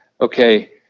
Okay